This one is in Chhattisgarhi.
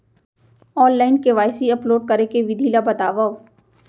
ऑनलाइन के.वाई.सी अपलोड करे के विधि ला बतावव?